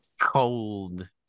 cold